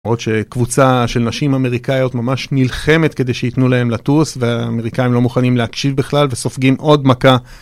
למרות שקבוצה של נשים אמריקאיות ממש נלחמת כדי שייתנו להן לטוס ואמריקאים לא מוכנים להקשיב בכלל וסופגים עוד מכה.